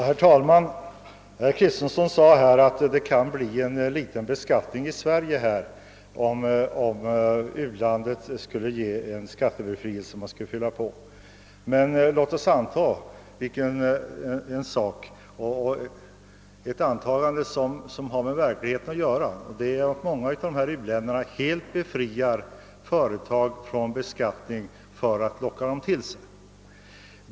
Herr talman! Herr Kristenson sade att det kan bli en liten beskattning i Sverige om ett u-land skulle ge en skattebefrielse. I själva verket befriar många u-länder företag helt från beskattning för att locka dem till sig.